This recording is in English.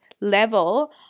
level